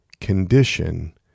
condition